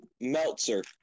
Meltzer